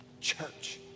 church